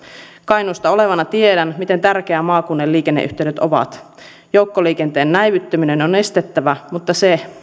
kainuusta olevana tiedän miten tärkeitä maakuntien liikenneyhteydet ovat joukkoliikenteen näivettyminen on estettävä mutta se